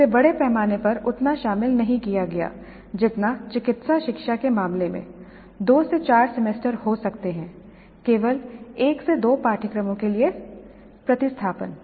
इसे बड़े पैमाने पर उतना शामिल नहीं किया गया जितना चिकित्सा शिक्षा के मामले में 2 से 4 सेमेस्टर हो सकते हैं केवल 1 से 2 पाठ्यक्रमों के लिए प्रतिस्थापन